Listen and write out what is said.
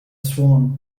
swan